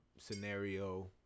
scenario